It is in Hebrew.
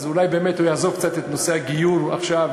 אז אולי באמת הוא יעזוב קצת עכשיו את נושא הגיור והרבנות,